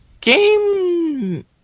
game